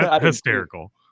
Hysterical